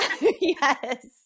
Yes